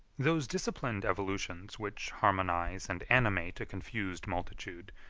those disciplined evolutions which harmonize and animate a confused multitude,